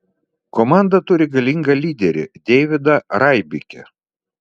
komanda turi galingą lyderį deividą raibikį